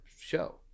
show